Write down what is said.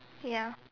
ya